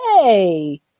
hey